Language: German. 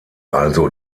also